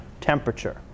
temperature